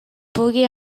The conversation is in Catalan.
pugui